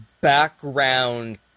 background